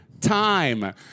time